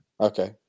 Okay